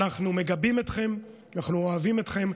אנחנו מגבים אתכם, אנחנו אוהבים אתכם,